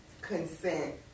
consent